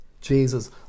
Jesus